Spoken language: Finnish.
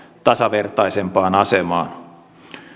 tasavertaisempaan asemaan